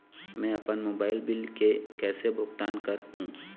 मैं अपन mobile bill के कैसे भुगतान कर हूं?